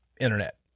internet